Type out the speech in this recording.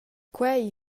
quei